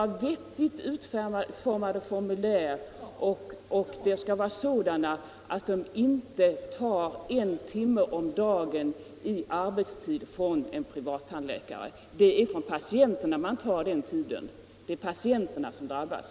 Men vi anser att formulären skall vara vettigt utformade, så att de inte tar en timme om dagen i arbetstid för en privattandläkare. Det är från patienterna man måste ta den tiden. Det är patienterna som drabbas.